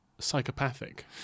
psychopathic